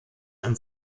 and